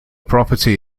property